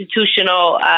institutional